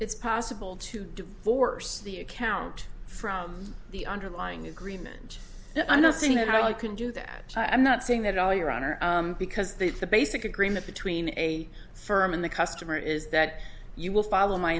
it's possible to divorce the account from the underlying agreement and i'm not saying that i can do that i'm not saying that all your honor because that's the basic agreement between a firm and the customer is that you will follow my